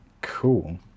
Cool